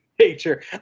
nature